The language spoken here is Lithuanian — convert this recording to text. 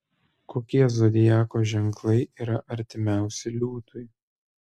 kokie zodiako ženklai yra artimiausi liūtui